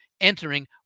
entering